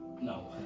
No